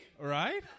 Right